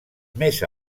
més